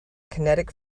kinetic